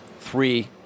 Three